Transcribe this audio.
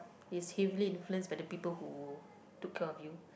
is heavily influenced by the people who took care of you